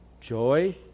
joy